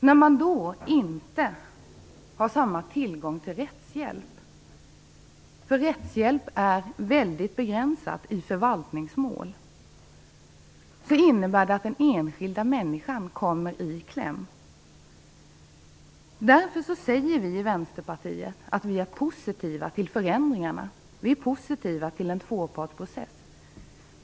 När tillgången till rättshjälp inte är lika stor som i andra mål - rättshjälpen är väldigt begränsad i förvaltningsmål - innebär det att den enskilda människan kommer i kläm. Vi i Vänsterpartiet är positiva till förändringarna. Vi är positiva till en tvåpartsprocess.